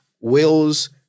wills